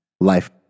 life